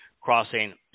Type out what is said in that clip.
crossing